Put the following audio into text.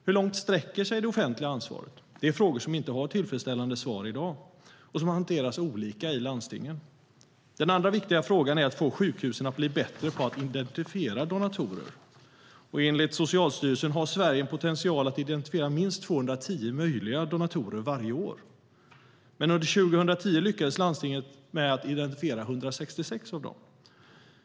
Hur långt sträcker sig det offentliga ansvaret? Det är frågor som inte har tillfredsställande svar i dag och som hanteras olika i landstingen. Den andra viktiga frågan handlar om att få sjukhusen att bli bättre på att identifiera donatorer. Enligt Socialstyrelsen har Sverige potential att identifiera minst 210 möjliga donatorer varje år. Men under 2010 lyckades landstingen bara identifiera 166 av dem.